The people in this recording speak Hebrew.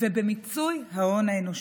ובמיצוי ההון האנושי.